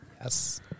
Yes